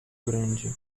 grande